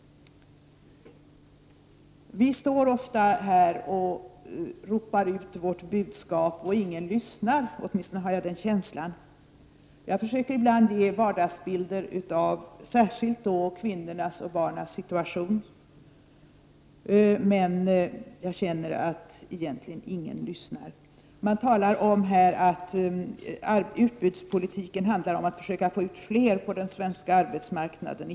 Vi står ofta här och ropar ut vårt budskap och ingen lyssnar, åtminstone har jag den känslan. Jag försöker ibland ge vardagsbilder, särskilt av kvinnornas och barnens situation, men jag känner att egentligen ingen lyssnar. Man talar här om att utbudspolitiken handlar om att försöka få ut fler på den svenska arbetsmarknaden.